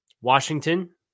Washington